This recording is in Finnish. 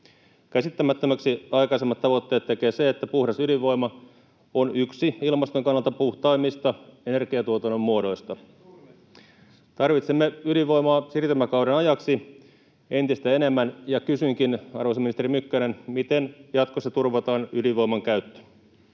Käsittämättömäksi aikaisemmat tavoitteet tekee se, että puhdas ydinvoima on yksi ilmaston kannalta puhtaimmista energiantuotannon muodoista. [Tuomas Kettunen: Entä turve?] Tarvitsemme ydinvoimaa siirtymäkauden ajaksi entistä enemmän, ja kysynkin, arvoisa ministeri Mykkänen: miten jatkossa turvataan ydinvoiman käyttö?